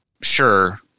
sure